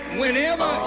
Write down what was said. whenever